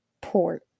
Port